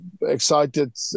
excited